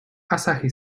asahi